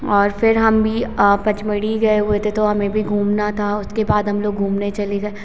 और फिर हम भी पचमढ़ी गए हुए थे तो हमें भी घूमना था उसके बाद हम लोग घूमने चले गए